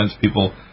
people